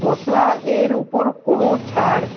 মশলা এর উপর কোনও ছাড়